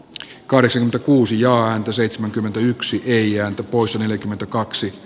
karsinta kuusi joan seitsemänkymmentäyksi ei jää pois neljäkymmentäkaksi